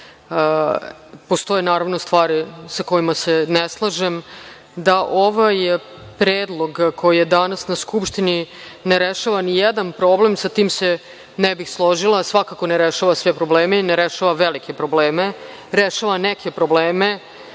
Postoje, naravno, stvari sa kojima se ne slažem, da ovaj predlog, koji je danas na Skupštini, ne rešava ni jedan problem, sa tim se ne bih složila. Svakako ne rešava sve probleme i ne rešava velike probleme. Rešava neke probleme.